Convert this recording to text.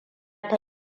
ta